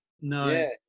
No